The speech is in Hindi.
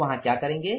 तो वहाँ क्या करेंगे